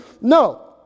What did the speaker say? No